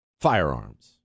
Firearms